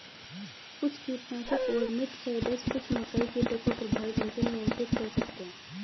कुछ कीटनाशक और मिटसाइड्स कुछ मकई कीटों को प्रभावी ढंग से नियंत्रित कर सकते हैं